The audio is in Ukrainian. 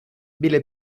біля